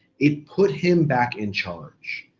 it put him back in charge.